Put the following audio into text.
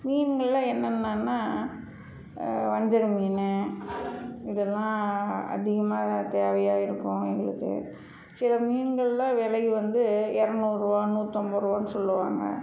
மீன்களில் என்னென்னா வஞ்சரம் மீன் இதெல்லாம் அதிகமாக தேவையா இருக்கும் எங்களுக்கு சில மீன்கள் எல்லாம் விலை வந்து இரநூறுவா நூற்றம்பதுருவான்னு சொல்லுவாங்க